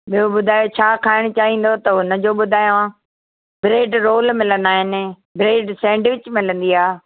ॿियो ॿुधायो छा खाइणु चाहींदव त हुनजो ॿुधायां ब्रैड रोल मिलंदा आहिनि ब्रैड सैंडविच मिलंदी आहे